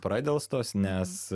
pradelstos nes